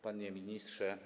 Panie Ministrze!